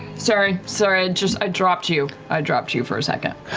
sorry, sorry, just i dropped you, i dropped you for a second.